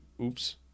oops